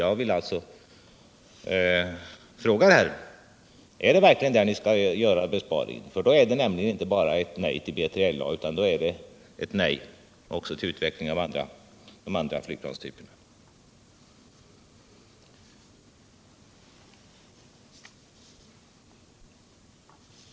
Därför vill jag fråga: Är det verkligen där ni ämnar göra besparingen? Om så är fallet är det inte bara ett nej till BILA utan ett nej också till utvecklingen av de andra flygplanstyperna.